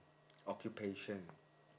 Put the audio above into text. occupation